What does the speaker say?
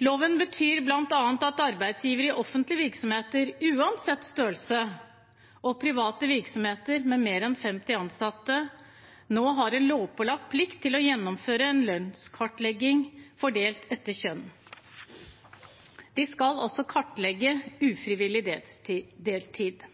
Loven betyr bl.a. at arbeidsgivere i offentlige virksomheter, uansett størrelse, og i private virksomheter med mer enn 50 ansatte nå har en lovpålagt plikt til å gjennomføre en lønnskartlegging fordelt etter kjønn. De skal også kartlegge ufrivillig deltid.